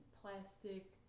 plastic